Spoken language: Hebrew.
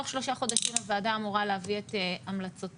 תוך שלושה חודשים הוועדה אמורה להביא את המלצותיה,